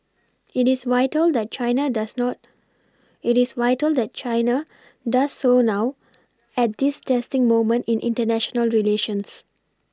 it is vital that China does not it is vital that China does so now at this testing moment in international relations